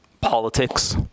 politics